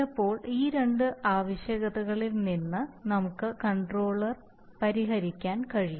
ചിലപ്പോൾ ഈ രണ്ട് ആവശ്യകതകളിൽ നിന്ന് നമുക്ക് കൺട്രോളർ പരിഹരിക്കാൻ കഴിയും